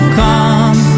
come